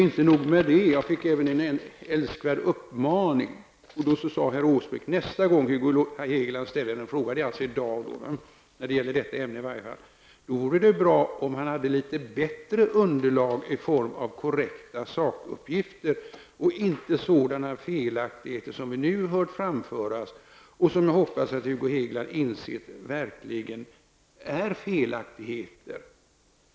Inte nog med det, jag fick en älskvärd uppmaning av statsrådet: ''Nästa gång Hugo Hegeland ställer en fråga ''-- det är alltså i dag i varje fall i denna fråga --'' vore det bra om han hade litet bättre underlag i form av korrekta sakuppgifter och inte sådana felaktigheter som vi nu hört framföras och som jag hoppas Hugo Hegeland insett verkligen är felaktigheter.